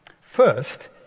First